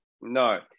No